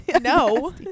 No